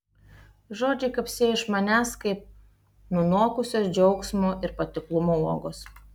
žodžiai kapsėjo iš manęs kaip nunokusios džiaugsmo ir patiklumo uogos